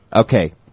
okay